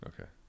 Okay